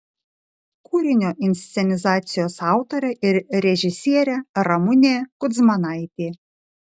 kūrinio inscenizacijos autorė ir režisierė ramunė kudzmanaitė